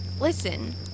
Listen